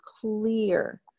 clear